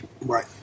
Right